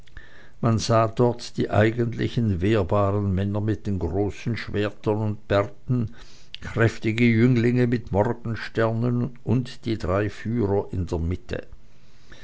man sah dort die eigentlichen wehrbaren männer mit den großen schwertern und bärten kräftige jünglinge mit morgensternen und die drei führer in der mitte